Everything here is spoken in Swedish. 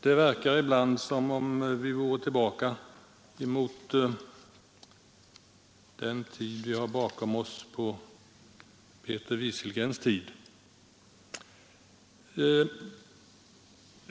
Det verkar ibland som om vi vore tillbaka i Peter Wieselgrens tid.